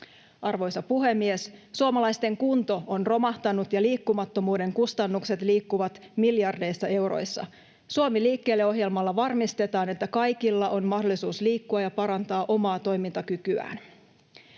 Arvoisa puhemies! Suomalaisten kunto on romahtanut, ja liikkumattomuuden kustannukset liikkuvat miljardeissa euroissa. Suomi liikkeelle ‑ohjelmalla varmistetaan, että kaikilla on mahdollisuus liikkua ja parantaa omaa toimintakykyään.